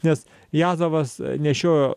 nes jazovas nešiojo